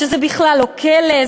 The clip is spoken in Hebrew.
שזה בכלל לא כלא,